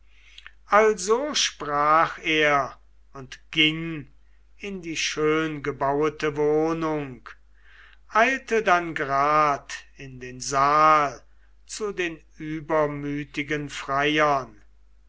also sprach er und ging in die schöngebauete wohnung eilte dann grad in den saal zu den übermütigen freiern